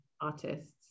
artists